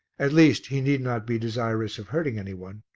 at least he need not be desirous of hurting any one.